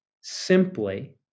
simply